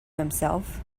himself